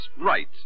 right